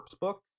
books